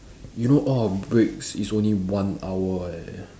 you know all our breaks is only one hour eh